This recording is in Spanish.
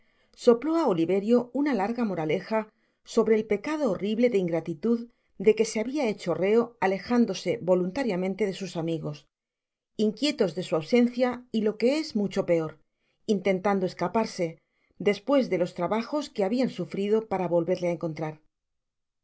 á oliverio una larga moraleja sobre el pecado horrible de ingratitud de que se habia hecho reo alejándose voluntariamente de sus amigos inquietos de su ausencia y lo que es mucho peor intentando escaparse despues de los trabajos que habian sufrido para volverle á encontrar